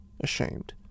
ashamed